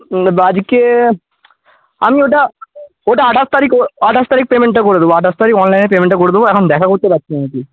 আজকে আমি ওটা ওটা আঠাশ তারিখ আঠাশ তারিখ পেমেন্টটা করে দেবো আঠাশ তারিখ অনলাইনে পেমেন্টটা করে দেবো এখন দেখা করতে পারছি না